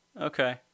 Okay